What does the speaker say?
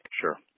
sure